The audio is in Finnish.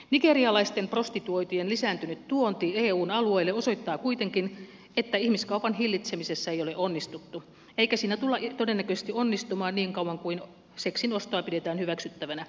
nigerialaisten prostituoitujen lisääntynyt tuonti eun alueelle osoittaa kuitenkin että ihmiskaupan hillitsemisessä ei ole onnistuttu eikä siinä tulla todennäköisesti onnistumaan niin kauan kuin seksin ostoa pidetään hyväksyttävänä